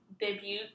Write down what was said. debut